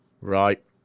right